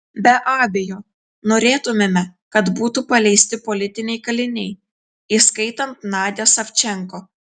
be abejo norėtumėme kad būtų paleisti politiniai kaliniai įskaitant nadią savčenko